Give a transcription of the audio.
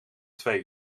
twee